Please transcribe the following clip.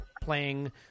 playing